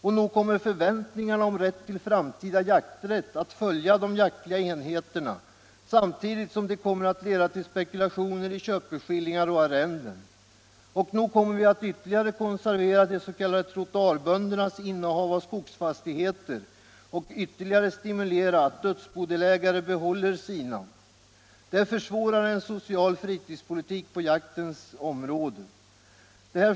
Och nog kommer förväntningarna om framtida jakträtt att följa de jaktliga enheterna samtidigt som de kommer att leda till spekulationer i köpeskillingar och arrenden. Vi kommer också att ytterligare konservera de s.k. trottoarböndernas innehav av skogsfastigheter och än mera stimulera dödsbodelägare att behålla sina fastighetsandelar. Det försvårar en social fritidspolitik på jaktens område.